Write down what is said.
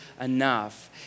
enough